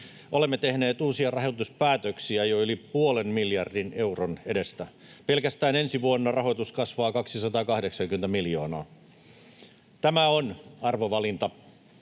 olemme tehneet uusia rahoituspäätöksiä jo yli puolen miljardin euron edestä. Pelkästään ensi vuonna rahoitus kasvaa 280 miljoonalla. Tämä on arvovalinta.